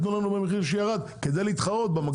תנו לנו במחיר שירד כדי להתחרות במקביל.